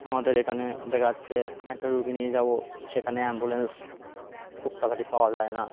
আমাদের এখানে দেখা যাচ্ছে একটা রোগী নিয়ে যাব সেখানে অ্যাম্বুলেন্স খুব তাড়াতাড়ি পাওয়া যায় না